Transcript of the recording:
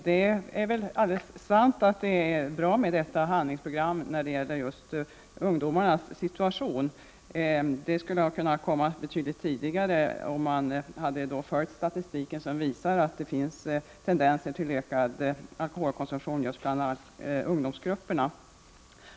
Fru talman! Det är bra med ett handlingsprogram när det gäller ungdomarnas situation. Det skulle ha kunnat komma betydligt tidigare, om man hade följt den statistik som visar att det finns tendenser till ökad alkoholkonsumtion bland ungdomsgrupperna.